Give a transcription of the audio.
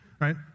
right